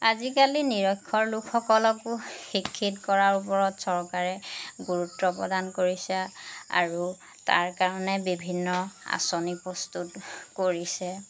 আজিকালি নিৰক্ষৰ লোকসকলকো শিক্ষিত কৰাৰ ওপৰত চৰকাৰে গুৰুত্ব প্ৰদান কৰিছে আৰু তাৰ কাৰণে বিভিন্ন আঁচনি প্ৰস্তুত কৰিছে